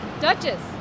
Duchess